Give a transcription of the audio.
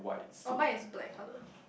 oh mine is black colour